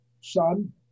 son